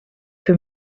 que